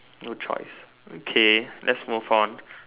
no choice okay let's move on